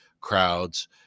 crowds